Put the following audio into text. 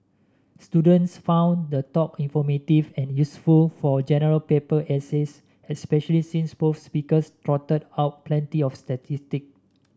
students found the talk informative and useful for General Paper essays especially since both speakers trotted out plenty of statistic